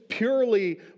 purely